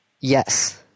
Yes